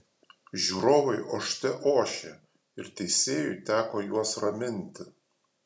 žiūrovai ošte ošė ir teisėjui teko juos raminti